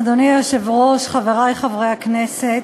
אדוני היושב-ראש, חברי חברי הכנסת,